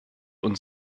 und